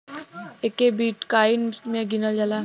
एके बिट्काइन मे गिनल जाला